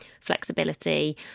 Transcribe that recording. flexibility